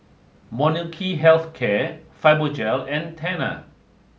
Molnylcke Health Care Fibogel and Tena